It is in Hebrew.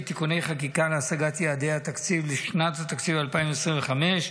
(תיקוני חקיקה להשגת יעדי התקציב לשנת התקציב 2025)